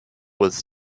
was